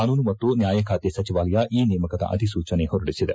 ಕಾನೂನು ಮತ್ತು ನ್ಯಾಯಖಾತೆ ಸಚಿವಾಲಯ ಈ ನೇಮಕದ ಅಧಿಸೂಚನೆ ಹೊರಡಿಸಿದೆ